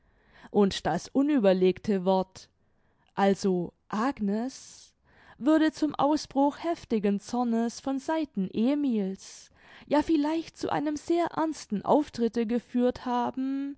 und das unüberlegte wort also agnes würde zum ausbruch heftigen zornes von seiten emil's ja vielleicht zu einem sehr ernsten auftritte geführt haben